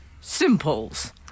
Simples